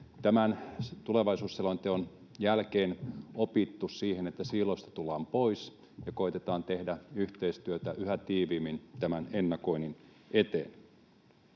tämän tulevaisuusselonteon jälkeen opittu, että siiloista tullaan pois ja koetetaan tehdä yhteistyötä yhä tiiviimmin tämän ennakoinnin eteen.